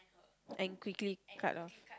and quickly cut off